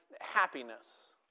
happiness